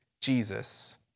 Jesus